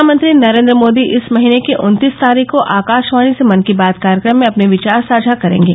प्रधानमंत्री नरेन्द्र मोदी इस महीने की उन्तीस तारीख को आकाशवाणी से मन की बात कार्यक्रम में अपने विचार साझा करेंगे